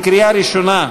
לקריאה ראשונה.